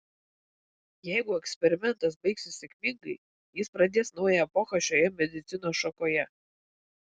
jeigu eksperimentas baigsis sėkmingai jis pradės naują epochą šioje medicinos šakoje